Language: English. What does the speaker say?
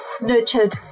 nurtured